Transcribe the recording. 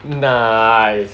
nice